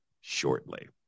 shortly